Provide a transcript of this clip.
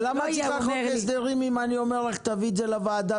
למה את צריכה את חוק ההסדרים אם אני אומר לך להביא את זה לוועדה?